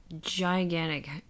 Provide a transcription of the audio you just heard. gigantic